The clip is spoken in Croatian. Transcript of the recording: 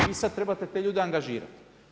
Vi sada trebate te ljude angažirati.